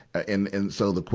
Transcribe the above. and, and so, the que,